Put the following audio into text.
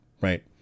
right